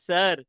Sir